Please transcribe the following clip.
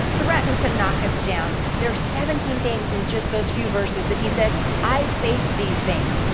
threaten to knock us down. there's seventeen things in just those few verses that he says i've faced these things.